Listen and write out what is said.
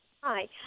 Hi